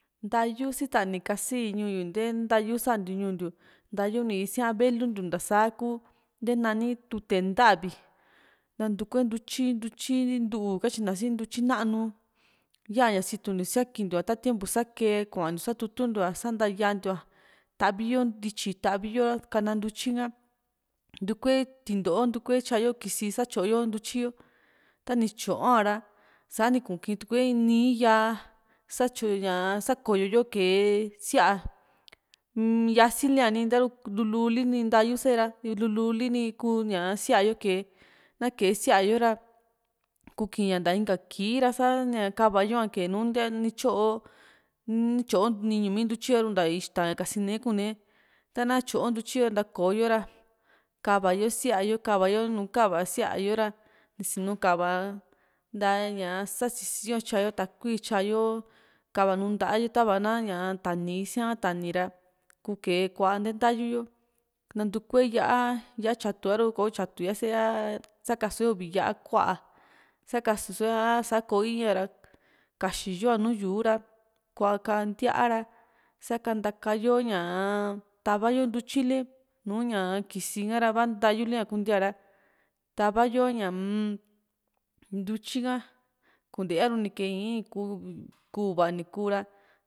ntaayu sita´ni kasi ñuu yuy nte ntayu santiu ñuu ntiu ntayu ni siaa velu ntiu ta saa kuu nte nani tute ntavi nantukue ntutyi ntu´u katyina si ntutyi nanu yaa ña situntiu siakintiu´a ta tiempo sa´kee kuantiu satutuntiu sa ntayantiu´a tavintiu´a tavi yo ntityi tavi yo kana ntutyi ka ntukue tinto´o ntukue tyayo kisi satyo yo ntutyi yo tani tyo´a ra sani kuu kitue in nìì yaa satyo sa´koyo yo kee sí´a mm yasi´n lia ni taru lulu li ni ntayu sae´ra lulu li ni kuu sí´a yo kee na kee sí´a yo ra kuki ña nta inka kii ra sa+ ña kava yo´a kee nu ni tyontyoo niñu mi ntutyi a´ru nta ixta kasine kune ta´na tyo ntutyi yo ra ntakoyo ra kava yo sí´a kava klava yo nùù kava sí´a yo ra ni sinu kava nta ña sasiyo a tyayo takui tyayo kava nuu nta´a yo tava na tani i´siaka tani ra kuu ke kua´a ntee ntayu yo nantukue yá´a yá´a tyatu a´ru ko taytu yase ra sakakué uvi yá´a ku´a sakasuso´e ha koo i´i a´ra kaxiyo a nùù yuu ra kua ka ntíaa ra sakantayo ñaa tava yo ntutyili nùù ña kisi ha´ra iva ntayulia kuntia´ra tava yo ñaa-m ntutyi ka kunte asu ni kee ii´n ni kuu u´va ni ku ra